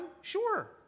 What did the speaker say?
Sure